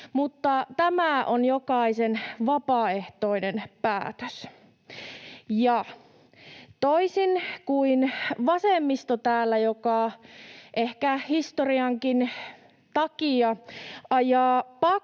tämä on jokaisen vapaaehtoinen päätös. Ja toisin kuin vasemmisto täällä, joka ehkä historiankin takia ajaa pakkoa,